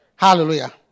Hallelujah